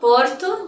Porto